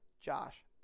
Josh